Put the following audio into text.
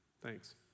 Thanks